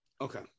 Okay